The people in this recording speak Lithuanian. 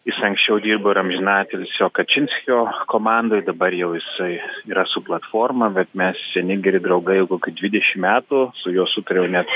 jis anksčiau dirbo ir amžinatilsio kačinskio komandoj dabar jau jisai yra su platforma bet mes seni geri draugai jau kokių dvidešimt metų su juo sutariau net